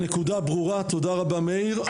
אוקיי, הנקודה ברורה, תודה רבה מאיר.